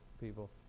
people